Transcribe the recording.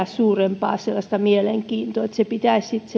suurempaa mielenkiintoa pitäisi sitten